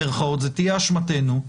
זו תהיה אשמתנו,